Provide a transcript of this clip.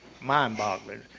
mind-boggling